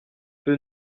peu